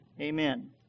Amen